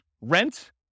rent